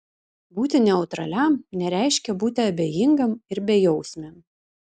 būti neutraliam nereiškia būti abejingam ir bejausmiam